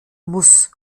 muss